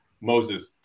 Moses